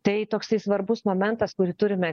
tai toksai svarbus momentas kurį turime